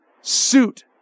suit